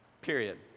Period